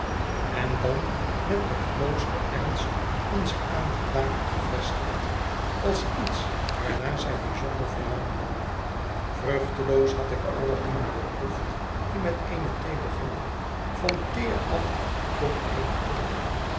en dan met den grootsten ernst onze aandacht dnarop gevestigd als iets waarnaar zij bijzonder verlangde vruchteloos had ik alle dingen beproefd die met eene t begonnen van teer af tot eene tobbe toe